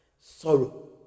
sorrow